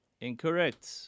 Incorrect